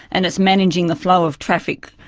and it's managing the flow of traffic,